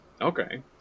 Okay